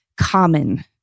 common